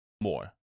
more